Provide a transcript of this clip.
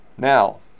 Now